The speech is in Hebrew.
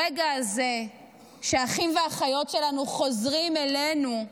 הרגע הזה שבו האחים והאחיות שלנו חוזרים אלינו,